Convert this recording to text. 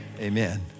Amen